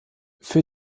für